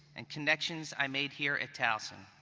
and connections i made here at towson.